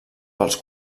pels